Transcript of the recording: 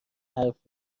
حرف